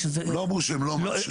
שזה לא יהיה --- לא אמרו שהם לא מרשים.